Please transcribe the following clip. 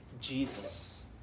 Jesus